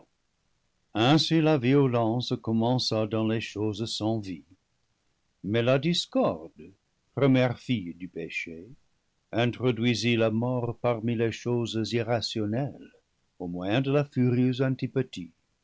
ainsi la violence commença dans les choses sans vie mais la discorde première fille du péché introduisit la mort parmi les choses irrationnelles au moyen de la furieuse